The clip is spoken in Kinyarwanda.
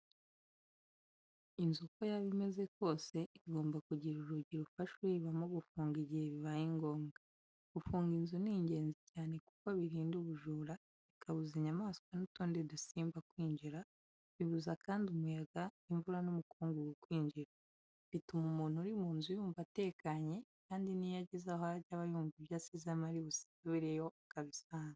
Inzu uko yaba imeze kose igomba kugira urugi rufasha uyibamo gufunga igihe bibaye ngombwa. Gufunga inzu ni ingenzi cyane kuko birinda ubujura, bikabuza inyamaswa n'utundi dusimba kwinjira, bibuza kandi umuyaga, imvura n’umukungugu kwinjira. Bituma umuntu uri munzu yumva atekanye kandi n'iyo agize aho ajya aba yumva ibyo yasizemo ari busubire yo akabisanga.